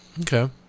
okay